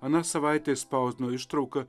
aną savaitę išspausdino ištrauką